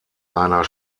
einer